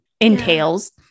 entails